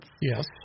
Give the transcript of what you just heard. Yes